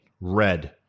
red